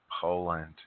Poland